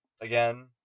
again